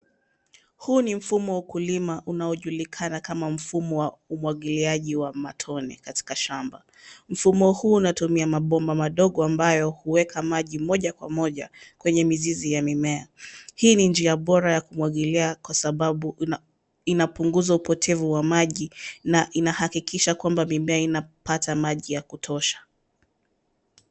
Huu ni mfumo wa ukulima unaojulikana kama mfumo wa umwagiliaji wa matone katika shamba. Mfumo huu unatumia mabomba madogo ambayo huweka maji moja kwa moja kwenye mizizi ya mimea. Hii ni njia bora ya kumwagilia kwa sababu inapunguza upotevu wa maji na inahakikisha kwamba mimea inapata maji ya kutosha.